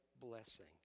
blessing